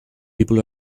people